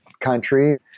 country